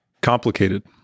Complicated